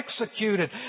executed